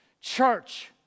Church